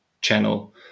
channel